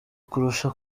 kurusha